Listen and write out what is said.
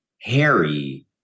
Harry